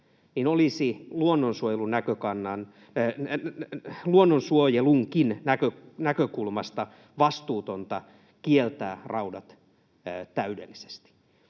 niin olisi luonnonsuojelunkin näkökulmasta vastuutonta kieltää raudat täydellisesti.